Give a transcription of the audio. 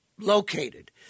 located